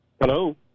Hello